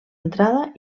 entrada